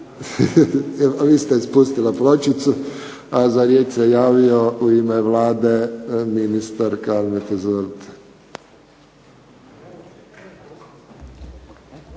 Vi ste spustila pločicu, a za riječ se javio u ime Vlade ministar Kalmeta.